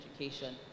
education